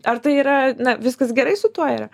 ar tai yra na viskas gerai su tuo yra